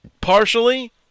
partially